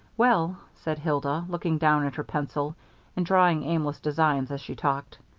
well, said hilda, looking down at her pencil and drawing aimless designs as she talked,